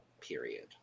period